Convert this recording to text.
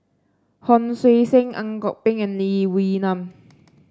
Hon Sui Sen Ang Kok Peng and Lee Wee Nam